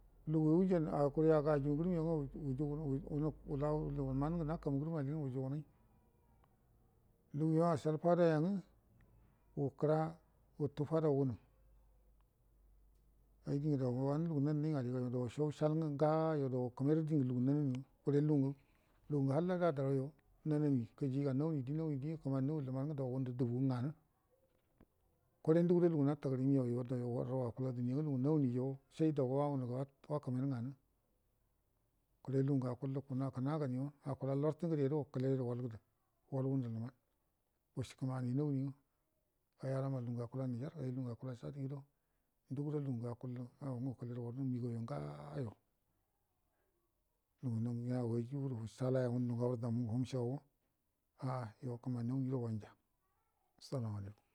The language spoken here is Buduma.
Lugu wajan akul aga ajugu ngəramya nga wulan lugua nakamu ngərəmman nga wujugunai lugayo ashal fadauya nga wukəra-wutu fadan wunə ai dingə dai ngə wanə lugu nannai nga aligan yo muga dausho wushal nga ngoyo do wukəmairə dingə dauinamima lungə halla dadəranyo nam kəjiga nawuni di-nawuni di do kəmani nawuni luiman nga da wundə dalougu nganə kure ndugudo lungə natagərə imen ima ukullu arrau akula duniya nga lungə nawunija shai dango wakəmairə nganə kure lungə akullə kəna-kənaganyo akula lartə ngədedo wukəledu walgandə wal gədə wal wunə luman wushi kəmani nawuni nga ai alama lungu akula niger akula chad yudo ndugudo lungə akullə ago aga wukule duwal wuhə higauyo ngayo nya wajudu wushalaiya ngundu ngandu hum shigawa a'a yo kəmani nawum do wanja salamu alaikum.